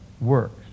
works